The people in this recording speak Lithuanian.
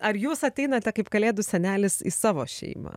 ar jūs ateinate kaip kalėdų senelis į savo šeimą